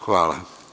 Hvala.